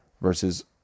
versus